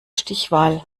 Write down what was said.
stichwahl